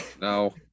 No